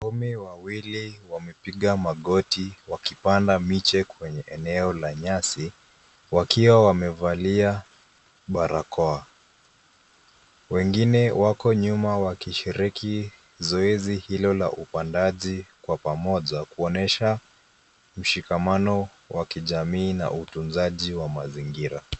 Wanaume wawili wamepiga magoti wakipanda miche kwenye eneo la nyasi, wakiwa wamevalia barakoa. Wengine wako nyuma wakishiriki zoezi hilo la upandaji kwa pamoja, kuonesha mshikamano wa kijamii, na utunzaji wa mazingira.